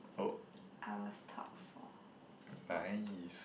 i was top of